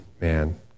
man